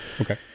Okay